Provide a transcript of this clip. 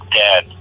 dead